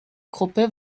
gruppe